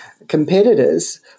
competitors